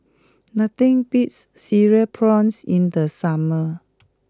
nothing beats having Cereal Prawns in the summer